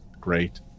great